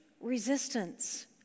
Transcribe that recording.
resistance